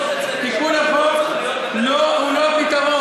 צריך לעשות את זה, תיקון החוק, לא, הוא לא פתרון.